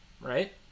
right